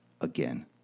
again